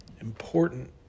important